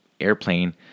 airplane